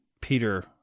Peter